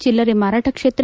ಚೆಲ್ಲರೆ ಮಾರಾಟ ಕ್ಷೇತ್ರ